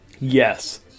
Yes